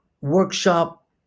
workshop